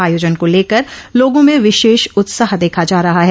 आयोजन को लेकर लोगों में विशेष उत्साह देखा जा रहा है